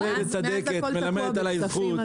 תראה איזה צדקת, מלמדת עליי זכות.